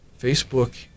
Facebook